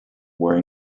were